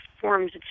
forms